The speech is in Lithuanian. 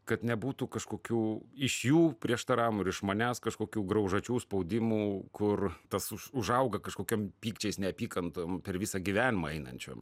kad nebūtų kažkokių iš jų prieštaravimų ir iš manęs kažkokių graužačių spaudimų kur tas užauga kažkokiom pykčiais neapykantom per visą gyvenimą einančiom